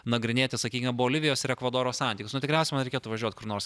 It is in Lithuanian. nagrinėti sakykime bolivijos ir ekvadoro santykius nu tikriausiai man reikėtų važiuot kur nors